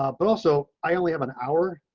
um but also, i only have an hour.